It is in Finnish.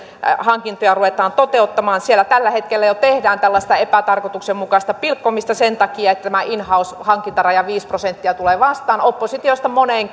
hankintoja ruvetaan toteuttamaan siellä tällä hetkellä jo tehdään tällaista epätarkoituksenmukaista pilkkomista sen takia että tämä in house hankintaraja viisi prosenttia tulee vastaan oppositiosta moneen